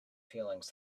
feelings